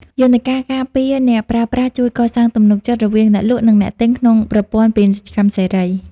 យន្តការការពារអ្នកប្រើប្រាស់ជួយកសាងទំនុកចិត្តរវាងអ្នកលក់ និងអ្នកទិញក្នុងប្រព័ន្ធពាណិជ្ជកម្មសេរី។